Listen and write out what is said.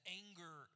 anger